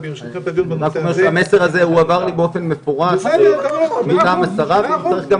המסר הזה הועבר לי באופן מפורש מטעם השרה ואם צריך,